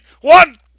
One